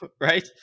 right